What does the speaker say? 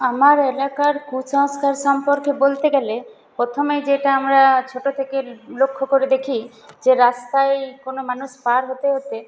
আমার এলাকার কুসংস্কার সম্পর্কে বলতে গেলে প্রথমেই যেটা আমরা ছোট থেকে লক্ষ্য করে দেখি যে রাস্তায় কোনো মানুষ পার হতে হতে